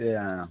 இது